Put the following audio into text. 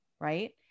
right